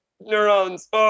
neurons